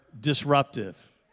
disruptive